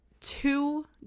two